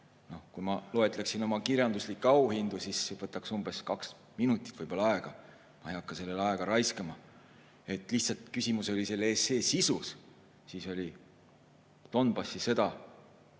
Kui ma loetleksin oma kirjanduslikke auhindu, siis see võtaks umbes kaks minutit aega, ma ei hakka sellele aega raiskama. Lihtsalt küsimus oli selle essee sisus: siis oli Donbassi sõda